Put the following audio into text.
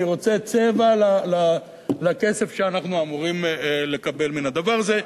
אני רוצה צבע לכסף שאנחנו אמורים לקבל מן הדבר הזה.